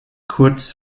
kurz